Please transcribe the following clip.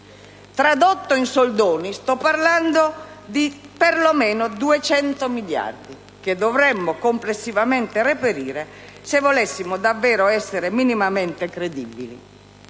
Tradotto in soldoni, sto parlando di almeno 200 miliardi, che dovremmo complessivamente reperire se volessimo davvero essere minimamente credibili.